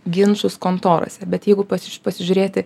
ginčus kontorose bet jeigu pas pasižiūrėti